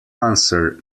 answer